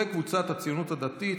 קבוצת סיעת הציונות הדתית,